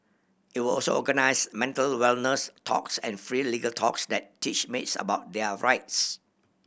it will also organise mental wellness talks and free legal talks that teach maids about their rights